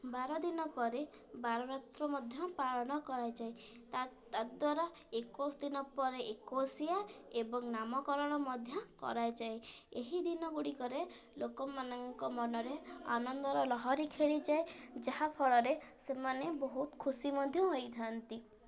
ବାର ଦିନ ପରେ ବାର ରାତ୍ର ମଧ୍ୟ ପାଳନ କରାଯାଏ ତାଦ୍ଵାରା ଏକୋଇଶ ଦିନ ପରେ ଏକୋଇଶିଆ ଏବଂ ନାମକରଣ ମଧ୍ୟ କରାଯାଏ ଏହି ଦିନ ଗୁଡ଼ିକରେ ଲୋକମାନଙ୍କ ମନରେ ଆନନ୍ଦର ଲହରି ଖେଳିଯାଏ ଯାହାଫଳରେ ସେମାନେ ବହୁତ ଖୁସି ମଧ୍ୟ ହୋଇଥାନ୍ତି